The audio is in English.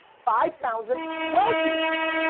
five thousand wealthiest,